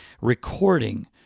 recording